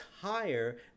higher